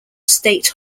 state